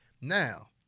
Now